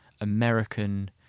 American